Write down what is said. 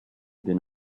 been